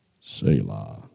Selah